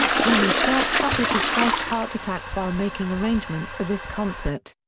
johnny stark suffered his first heart attack while making arrangements for this concert.